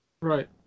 Right